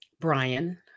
Brian